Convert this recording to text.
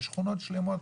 יש שכונות שלמות,